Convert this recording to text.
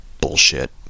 bullshit